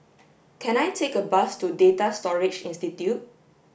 can I take a bus to Data Storage Institute